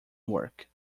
work